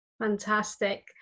Fantastic